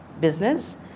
business